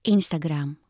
Instagram